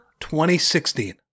2016